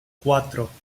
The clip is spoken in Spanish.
cuatro